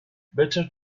better